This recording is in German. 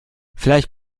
vielleicht